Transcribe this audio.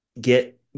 get